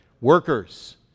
Workers